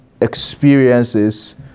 experiences